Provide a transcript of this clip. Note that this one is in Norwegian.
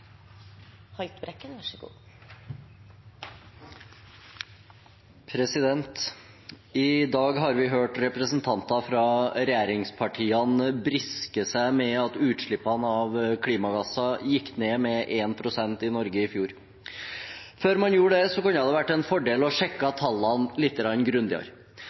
dag har vi hørt representanter fra regjeringspartiene briske seg med at utslippene av klimagasser gikk ned med 1 pst. i Norge i fjor. Før man gjorde det, kunne det vært en fordel å sjekke tallene lite